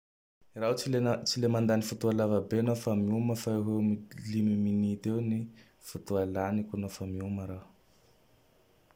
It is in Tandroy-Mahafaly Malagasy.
Raho tsy le-ts-le mandany fotoa lavabe nao fa mioma fa eo ho eo amin'ny Limy minity ny fotoa laniko nao mioma raho.